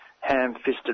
ham-fisted